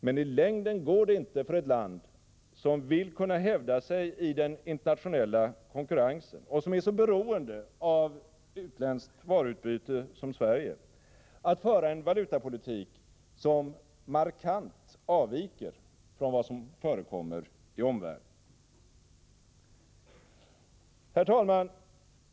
Men i längden går det inte för ett land som vill kunna hävda sig i den internationella konkurrensen, och som är så beroende som Sverige av varuutbyte med utlandet, att föra en valutapolitik som markant avviker från vad som förekommer i omvärlden. Herr talman!